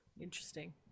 Interesting